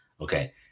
Okay